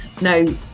no